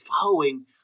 following